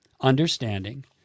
understanding